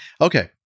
Okay